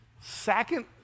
Second